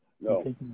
No